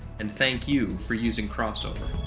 and thank you for using crossover!